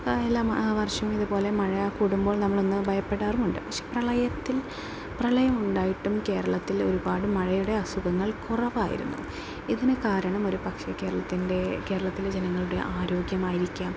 എല്ലാ വർഷവും ഇതുപോലെ മഴ കൂടുമ്പോൾ നമ്മളൊന്ന് ഭയപ്പെടാറുമുണ്ട് പക്ഷേ പ്രളയത്തിൽ പ്രളയം ഉണ്ടായിട്ടും കേരളത്തിൽ ഒരുപാട് മഴയുടെ അസുഖങ്ങൾ കുറവായിരുന്നു ഇതിന് കാരണം ഒരു പക്ഷേ കേരളത്തിൻ്റെ കേരളത്തിലെ ജനങ്ങളുടെ ആരോഗ്യമായിരിക്കാം